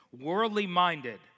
Worldly-minded